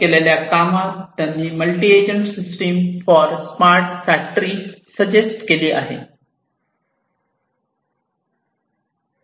केलेल्या कामात त्यांनी multi agent system for smart factory suggest केली आहे